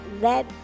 Let